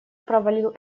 провалил